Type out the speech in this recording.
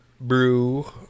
brew